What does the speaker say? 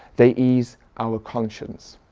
they ease our conscience.